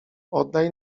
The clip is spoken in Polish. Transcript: oddaj